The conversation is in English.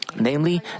Namely